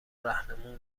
رهنمون